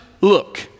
look